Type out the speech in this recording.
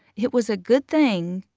it was a good thing,